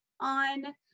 on